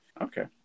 okay